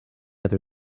other